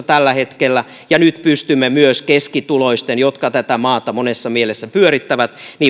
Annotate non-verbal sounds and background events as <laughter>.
<unintelligible> tällä hetkellä ja nyt pystymme myös keskituloisten jotka tätä maata monessa mielessä pyörittävät